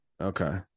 Okay